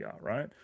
right